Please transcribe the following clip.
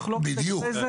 אתה כלכלן, ואתה יודע,